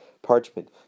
Parchment